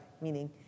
meaning